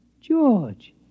George